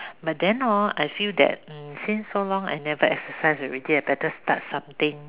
but then hor I feel that mm since so long I never exercise already I better start something